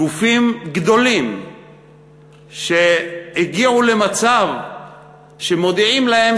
גופים גדולים שהגיעו למצב שמודיעים להם